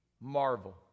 marvel